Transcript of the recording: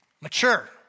Mature